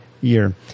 year